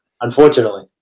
unfortunately